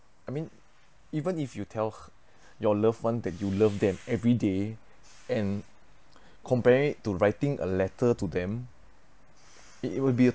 I mean even if you tell h~ your loved one that you love them every day and comparing it to writing a letter to them it will be a